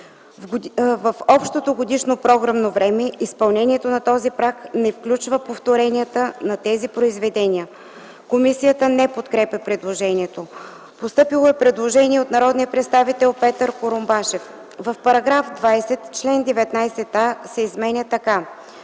В общото годишно програмно време изпълнението на този праг не включва повторенията на тези произведения.” Комисията не подкрепя предложението. Постъпило е предложение от народния представител Петър Курумбашев – в § 20 чл. 19а се изменя така: